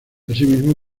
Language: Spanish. asimismo